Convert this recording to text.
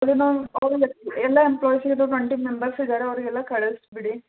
ಎಲ್ಲ ಎಂಪ್ಲಾಯ್ಸಿದು twenty members ಇದ್ದಾರೆ ಅವರಿಗೆಲ್ಲ ಕಳಿಸಿಬಿಡಿ